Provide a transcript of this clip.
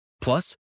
Plus